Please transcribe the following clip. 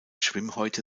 schwimmhäute